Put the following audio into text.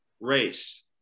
race